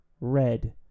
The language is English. red